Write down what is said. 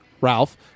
Ralph